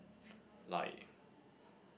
like